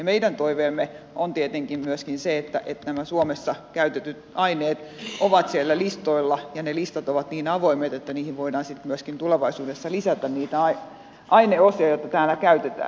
meidän toiveemme on tietenkin myöskin se että nämä suomessa käytetyt aineet ovat siellä listoilla ja ne listat ovat niin avoimet että niihin voidaan sitten myöskin tulevaisuudessa lisätä niitä aineosia joita täällä käytetään